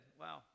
Wow